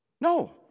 no